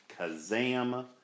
Kazam